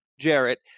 Jarrett